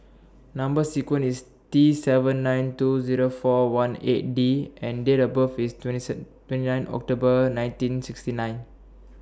Number sequence IS T seven nine two Zero four one eight D and Date of birth IS twenty sad twenty nine October nineteen sixty nine